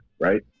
right